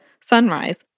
sunrise